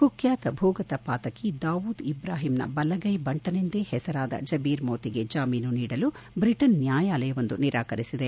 ಕುಖ್ಯಾತ ಭೂಗತ ಪಾತಕಿ ದಾವೂದ್ ಇಬ್ರಾಹಿಂನ ಬಲಗೈ ಬಂಟನೆಂದೇ ಹೆಸರಾದ ಜಬೀರ್ ಮೋತಿಗೆ ಜಾಮೀನು ನೀಡಲು ಬ್ರಿಟನ್ ನ್ನಾಯಾಲಯವೊಂದು ನಿರಾಕರಿಸಿದೆ